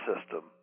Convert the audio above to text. system